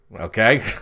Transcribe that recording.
okay